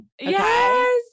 yes